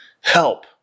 Help